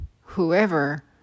whoever